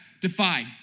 defied